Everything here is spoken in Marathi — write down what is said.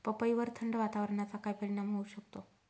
पपईवर थंड वातावरणाचा काय परिणाम होऊ शकतो?